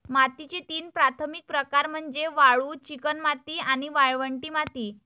मातीचे तीन प्राथमिक प्रकार म्हणजे वाळू, चिकणमाती आणि वाळवंटी माती